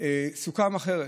סוכם אחרת.